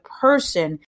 person